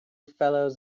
fellows